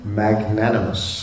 magnanimous